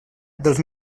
dels